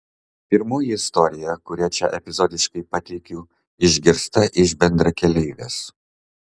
pirmoji istorija kurią čia epizodiškai pateikiu išgirsta iš bendrakeleivės